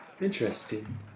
Interesting